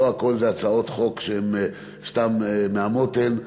לא הכול זה הצעות חוק שסתם נשלפו מהמותן.